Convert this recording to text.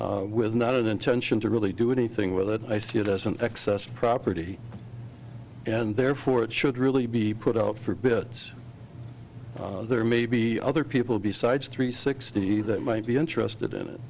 the with not an intention to really do anything with it i see it as an excess property and therefore it should really be put up for a bit there may be other people besides three sixty that might be interested in it